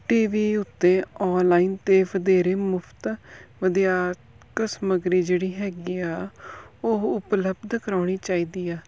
T V ਉੱਤੇ online ਅਤੇ ਵਧੇਰੇ ਮੁਫਤ ਵਧੀਆਤ ਸਮੱਗਰੀ ਜਿਹੜੀ ਹੈਗੀ ਆ ਉਹ ਉਪਲੱਬਧ ਕਰਵਾਉਣੀ ਚਾਹੀਦੀ ਆ